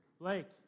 Blake